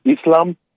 Islam